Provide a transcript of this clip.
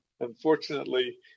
unfortunately